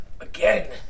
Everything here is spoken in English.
Again